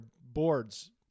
boards